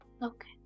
Okay